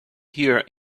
here